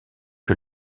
que